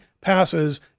passes